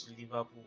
Liverpool